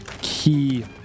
key